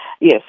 yes